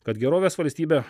kad gerovės valstybė